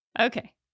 Okay